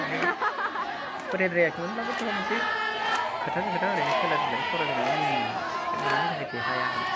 माने फोथायद्रायाखैमोनब्लाबो थेवबाबो मोनसे खोथाजों खोथा आरैनो खेला दुलायै सावरायलायनानै मिनियोमोन आरो जे मानि थाखाय देरहाया होननानै